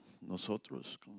nosotros